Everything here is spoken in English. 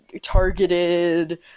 targeted